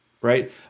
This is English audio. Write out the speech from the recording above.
right